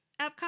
Epcot